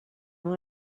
know